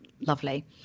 lovely